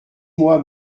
mois